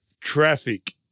traffic